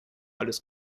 alles